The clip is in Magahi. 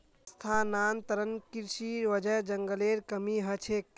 स्थानांतरण कृशिर वजह जंगलेर कमी ह छेक